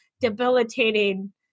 debilitating